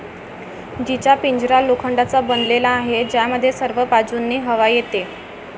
जीचा पिंजरा लोखंडाचा बनलेला आहे, ज्यामध्ये सर्व बाजूंनी हवा येते